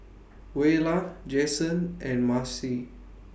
Buelah Jasen and Marcie